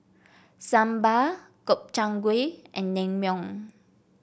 Sambar Gobchang Gui and Naengmyeon